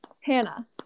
Hannah